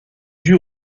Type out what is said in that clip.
due